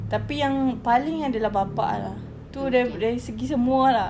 tapi yang paling adalah bapa lah itu dari dari segi semua lah